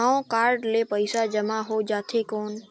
हव कारड ले पइसा जमा हो जाथे कौन?